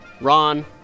Ron